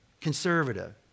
conservative